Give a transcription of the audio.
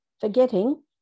forgetting